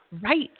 right